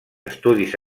estudis